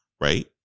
Right